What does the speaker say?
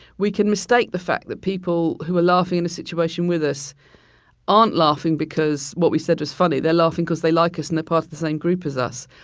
we can mistake the fact that people who are laughing in a situation with us aren't laughing because what we said was funny. they're laughing because they like us and they're part of the same group as us.